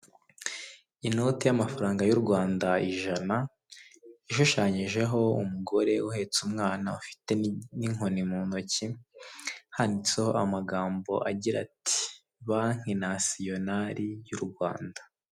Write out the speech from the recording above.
Inote y'amafaranga y'u Rwanda ijana ishushanyijeho umugore uhetse umwana ufite n'inkoni mu ntoki, handitseho amagambo agira ati:" Banki nasiyonari y'u Rwanda."